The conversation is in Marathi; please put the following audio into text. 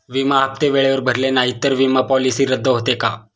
विमा हप्ते वेळेवर भरले नाहीत, तर विमा पॉलिसी रद्द होते का?